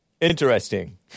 Interesting